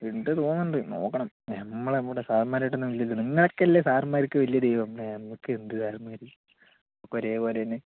ഉണ്ട് തോന്നണുണ്ട് നോക്കണം നമ്മളങ്ങോട്ട് സാറന്മാരായിട്ട് വലിയ ഇതില്ലല്ലോ നിങ്ങളൊക്കെയല്ലേ സാറന്മാര്ക്ക് വലിയ ദൈവം നമ്മൾക്കെന്ത് സാറന്മാര് ഒക്കെ ഒരേപോലെതന്നെ